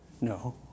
No